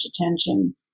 attention